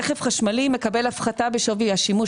רכב חשמלי מקבל הפחתה בשווי השימוש,